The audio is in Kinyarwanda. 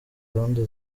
gahunda